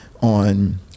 on